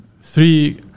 three